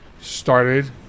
started